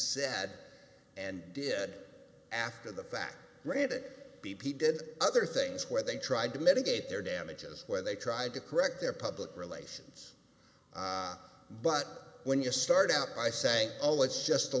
sad and did after the fact rabbit b p did other things where they tried to mitigate their damages where they tried to correct their public relations but when you start out by sank all it's just a